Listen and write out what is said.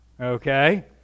okay